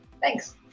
Thanks